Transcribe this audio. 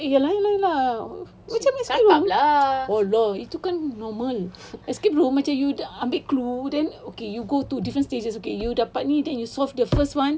ah ye lah ye lah ye lah macam lah !alah! itu kan normal escape room macam you dah ambil clue then okay you go to different stages okay you dapat ni solve the first one